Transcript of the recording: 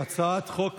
הצעת חוק